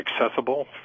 accessible